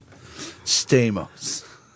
Stamos